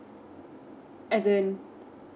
as in